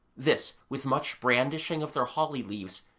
this, with much brandishing of their holly-leaves,